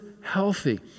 healthy